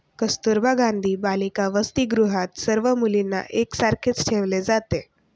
कस्तुरबा गांधी बालिका वसतिगृहात सर्व मुलींना एक सारखेच ठेवले जाते